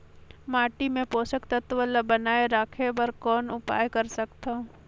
माटी मे पोषक तत्व ल बनाय राखे बर कौन उपाय कर सकथव?